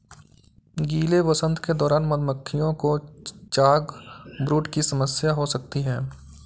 गीले वसंत के दौरान मधुमक्खियों को चॉकब्रूड की समस्या हो सकती है